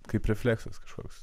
kaip refleksas kažkoks